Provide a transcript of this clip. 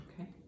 okay